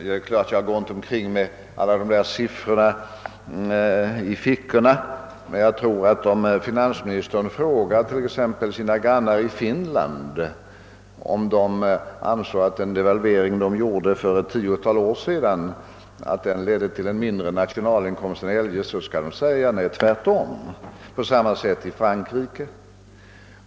Jag går naturligtvis inte omkring med alla i detta fall aktuella siffror i fickorna, men om finansministern frågar våra grannar i Finland huruvida de anser att den devalvering Finland gjorde för ett tiotal år sedan ledde till en mindre nationalinkomst än den man eljest skulle haft, så tror jag att man där kommer att svara: Nej, tvärtom. Och det var på samma sätt i Frankrike.